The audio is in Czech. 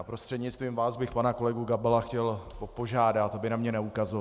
Prostřednictvím vás bych pana kolegu Gabala chtěl požádat, aby na mě neukazoval.